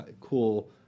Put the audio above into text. cool